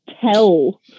tell